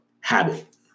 habit